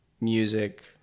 music